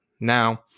Now